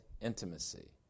intimacy